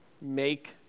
Make